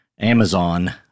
Amazon